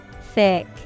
thick